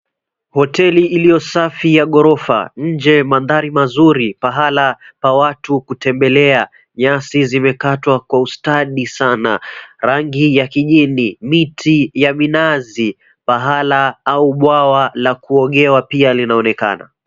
Hoteli iliyosafi ya ghorofa, nje mandhari mazuri pahala pa watu kutembelea, nyasi zimekatwa kwa ustadi sana, rangi ya kijini, miti ya minazi, pahala au bwawa la kuogewa pia linaonekana.